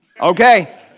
Okay